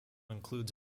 includes